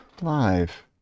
live